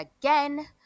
again